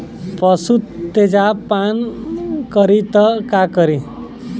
पशु तेजाब पान करी त का करी?